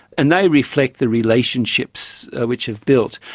and they reflect the relationships which have built.